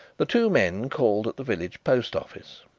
the two men called at the village post office.